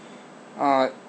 uh